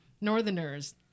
northerners